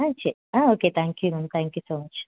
ஆ சரி ஆ okay thank you ma'am thank you so much